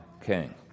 king